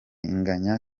inganya